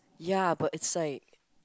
ya but it's like